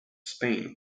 spain